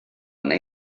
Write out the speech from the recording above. neu